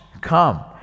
come